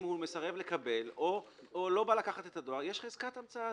אם הוא מסרב לקבל או בא לקחת את הדואר יש חזקת המצאה,